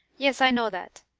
yes, i know that.